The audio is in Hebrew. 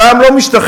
והעם לא משתכנע,